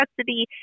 custody